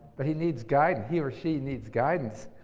but he needs guidance, he or she needs guidance.